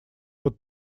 под